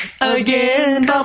again